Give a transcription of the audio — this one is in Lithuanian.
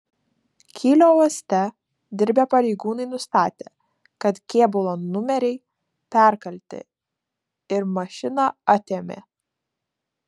kylio uoste dirbę pareigūnai nustatė kad kėbulo numeriai perkalti ir mašiną atėmė